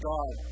God